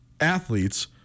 athletes